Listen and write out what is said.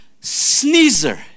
sneezer